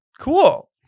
cool